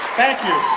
thank you.